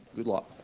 good luck!